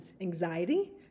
anxiety